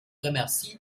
remercie